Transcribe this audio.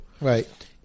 Right